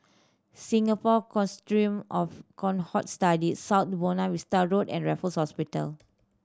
Singapore Consortium of Cohort Studies South Buona Vista Road and Raffles Hospital